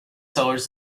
sellers